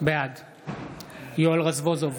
בעד יואל רזבוזוב,